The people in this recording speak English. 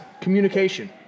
communication